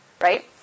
Right